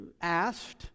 asked